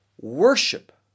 worship